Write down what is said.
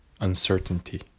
uncertainty